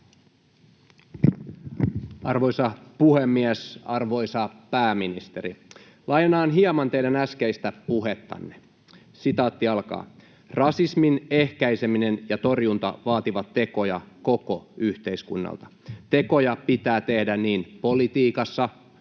Arvoisa puhemies! Arvoisa pääministeri, lainaan hieman teidän äskeistä puhettanne: ”Rasismin ehkäiseminen ja torjunta vaativat tekoja koko yhteiskunnalta. Tekoja pitää tehdä niin politiikassa,